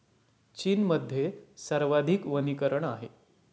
चीनमध्ये सर्वाधिक वनीकरण आहे